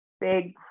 big